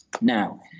Now